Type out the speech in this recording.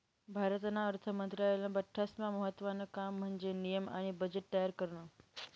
भारतना अर्थ मंत्रालयानं बठ्ठास्मा महत्त्वानं काम म्हन्जे नियम आणि बजेट तयार करनं